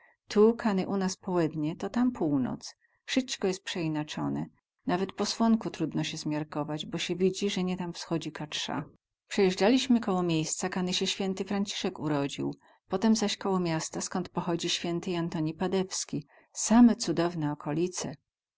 tu kany u nas połednie to tam północ wsyćko jest przeinacone nawet po słonku trudno sie zmiarkować bo sie widzi ze nie tam wschodzi ka trza przejezdzaliśmy koło miejsca kany sie święty francisek urodził potem zaś koło miasta skąd pochodzi święty jantoni padewski same cudowne okolice